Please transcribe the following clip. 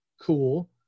cool